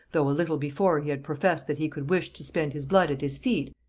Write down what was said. though a little before he had professed that he could wish to spend his blood at his feet,